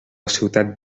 ciutat